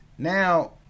Now